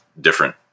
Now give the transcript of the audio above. different